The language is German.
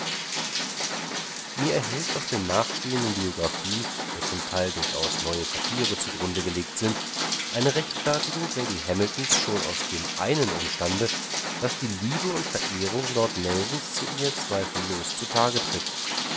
mir erhellt aus der nachstehenden biographie der zum teil durchaus neue papiere zugrunde gelegt sind eine rechtfertigung lady hamiltons schon aus dem einen umstande daß die liebe und verehrung lord nelsons zu ihr zweifellos zutage tritt